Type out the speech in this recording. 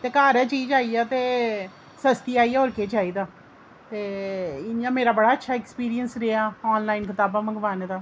घर गै चीज आई जा ते सस्ती आई जा ते होर केह् चाहिदा मेरा बड़ा अच्छा एक्सपिरियंस रेहा ऑनलाइन कताबां मंगबाने दा